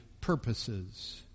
purposes